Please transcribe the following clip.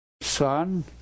son